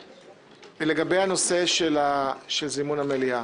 לגבי הנושא של זימון המליאה,